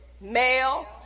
male